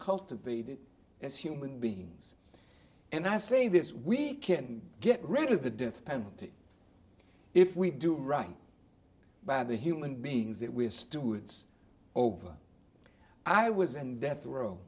uncultivated as human beings and i say this we can get rid of the death penalty if we do right by the human beings that we're stewards over i was and death row